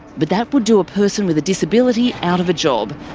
but that would do a person with a disability out of a job.